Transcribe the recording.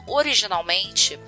originalmente